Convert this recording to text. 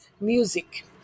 music